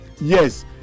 yes